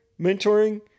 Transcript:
mentoring